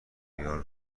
ریال